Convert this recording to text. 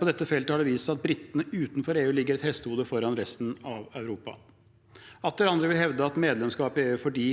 På dette feltet har det vist seg at britene utenfor EU ligger et hestehode foran resten av Europa. Atter andre vil hevde et medlemskap i EU fordi